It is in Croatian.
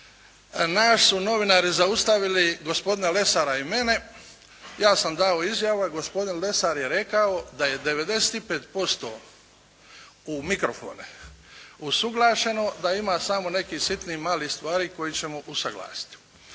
nas su novinari zaustavili, gospodina Lesara i mene, ja sam dao izjavu, a gospodin Lesar je rekao da je 95%, u mikrofone, usuglašeno, da ima samo nekih, sitnih stvari koje ćemo usuglasiti.